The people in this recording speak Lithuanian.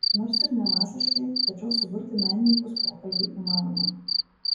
nors ir ne masiškai tačiau suburti menininkus pokalbiui įmanoma